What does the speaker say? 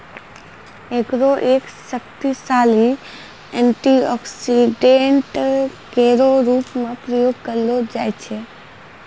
एकरो एक शक्तिशाली एंटीऑक्सीडेंट केरो रूप म प्रयोग करलो जाय छै